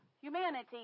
humanity